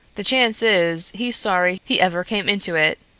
the chance is he's sorry he ever came into it,